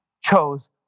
chose